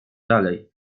dalej